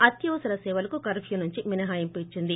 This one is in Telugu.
అత్యవసర సేవలకు కర్ప్నా నుంచి మినహాయింపు ఇచ్చింది